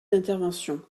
d’intervention